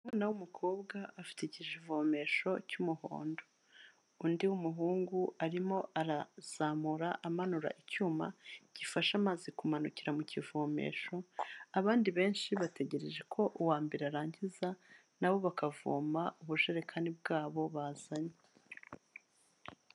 Umwana w'umukobwa afite ikivomesho cy'umuhondo, undi w'umuhungu arimo arazamura amanura icyuma gifasha amazi kumanukira mu kivomesho, abandi benshi bategereje ko uwa mbere arangiza nabo bakavoma ubujerekani bwabo bazanye.